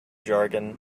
jargon